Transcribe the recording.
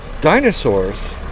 dinosaurs